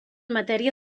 matèria